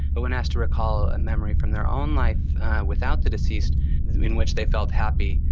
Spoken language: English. but when asked to recall a memory from their own life without the deceased in which they felt happy,